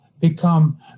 become